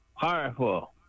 powerful